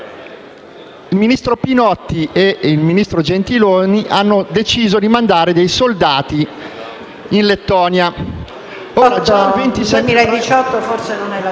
i ministri Pinotti e Gentiloni hanno deciso di mandare dei soldati in Lettonia.